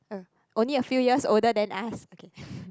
oh only a few years older than us okay